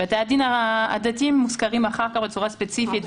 בתי הדין הדתיים מוזכרים אחר כך בצורה ספציפית,